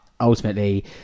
ultimately